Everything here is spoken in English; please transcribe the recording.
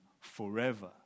forever